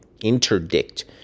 interdict